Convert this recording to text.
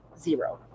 zero